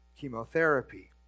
chemotherapy